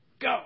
go